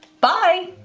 bye